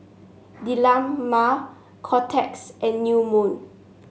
Dilmah Kotex and New Moon